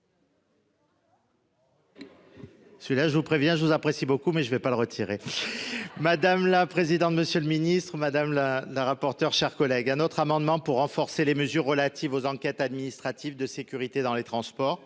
Celui-là je vous préviens je vous apprécie beaucoup mais je ne vais pas le retirer. Madame la présidente. Monsieur le Ministre, Madame la la rapporteure, chers collègues. Un autre amendement pour renforcer les mesures relatives aux enquêtes administratives de sécurité dans les transports